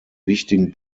wichtigen